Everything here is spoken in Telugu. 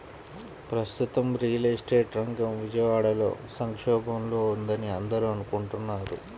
ప్రస్తుతం రియల్ ఎస్టేట్ రంగం విజయవాడలో సంక్షోభంలో ఉందని అందరూ అనుకుంటున్నారు